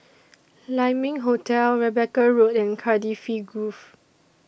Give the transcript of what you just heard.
Lai Ming Hotel Rebecca Road and Cardifi Grove